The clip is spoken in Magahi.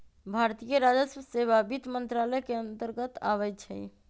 भारतीय राजस्व सेवा वित्त मंत्रालय के अंतर्गत आबइ छै